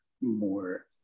more